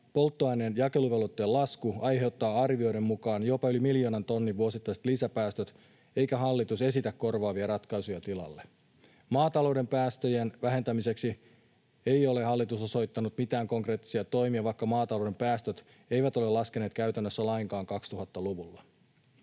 polttoaineen jakeluvelvoitteen lasku aiheuttaa arvioiden mukaan jopa yli miljoonan tonnin vuosittaiset lisäpäästöt, eikä hallitus esitä korvaavia ratkaisuja tilalle. Maatalouden päästöjen vähentämiseksi ei ole hallitus osoittanut mitään konkreettisia toimia, vaikka maatalouden päästöt eivät ole laskeneet käytännössä lainkaan 2000-luvulla.